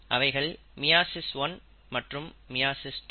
அவைகள் மியாசிஸ் 1 மற்றும் மியாசிஸ் 2